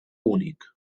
únic